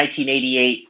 1988